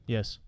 Yes